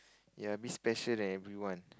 ya a bit special than everyone